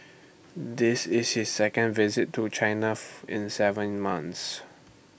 this is his second visit to China in Seven months